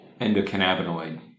endocannabinoid